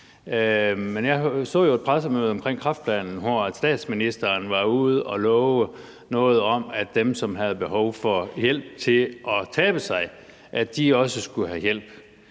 jeg så jo et pressemøde om kræftplanen, hvor statsministeren var ude at love noget om, at dem, som havde behov for hjælp til at tabe sig, også skulle have hjælp.